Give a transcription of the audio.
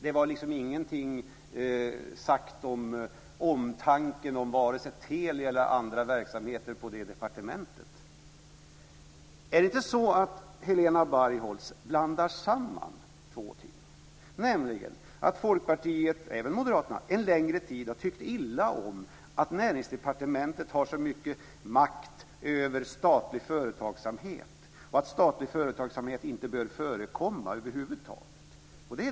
Det sades ingenting om omtanke om vare sig Telia eller andra verksamheter på det departementet. Är det inte så att Helena Bargholtz blandar samman två ting? Folkpartiet, och även Moderaterna, har ju en längre tid tyckt illa om att Näringsdepartementet har så mycket makt över statlig företagsamhet och tycker att statlig företagsamhet inte bör förekomma över huvud taget.